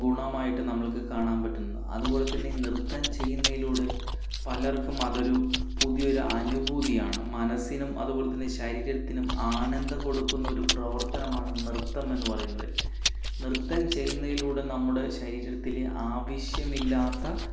ഗുണമായിട്ട് നമ്മൾക്ക് കാണാൻ പറ്റുന്ന അതുപോലെ തന്നെ നൃത്തം ചെയ്യുന്നതിലൂടെ പലർക്കും അതൊരു പുതിയൊരു അനുഭൂതിയാണ് മനസ്സിനും അതുപോലെ തന്നെ ശരീരത്തിനും ആനന്ദം കൊടുക്കുന്നൊരു പ്രവർത്തനമാണ് നൃത്തം എന്ന് പറയുന്നത് നൃത്തം ചെയ്യുന്നതിലൂടെ നമ്മുടെ ശരീരത്തിലെ ആവശ്യമില്ലാത്ത